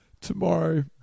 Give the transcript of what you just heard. Tomorrow